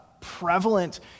prevalent